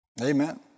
Amen